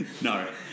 No